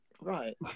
Right